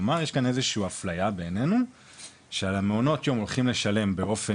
יש כאן איזושהי אפליה בעינינו שעל מעונות היום הולכים לשלם באופן